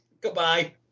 Goodbye